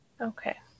okay